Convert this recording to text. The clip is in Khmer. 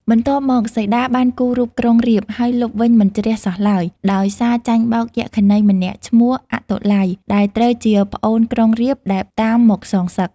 បន្ទាប់មក សីតាបានគូររូបក្រុងរាពណ៍ ហើយលុបវិញមិនជ្រះសោះឡើយ ដោយសារចាញ់បោកយក្ខិនីម្នាក់ឈ្មោះ អាតុល័យ ដែលត្រូវជាប្អូនក្រុងរាពណ៍ដែលតាមមកសងសឹក។